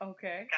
Okay